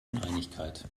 uneinigkeit